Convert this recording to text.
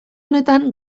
honetan